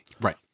Right